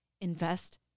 invest